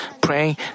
praying